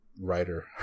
writer